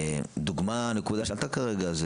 הנקודה שעלתה כרגע,